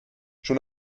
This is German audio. schon